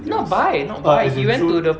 not buy not buy he went to the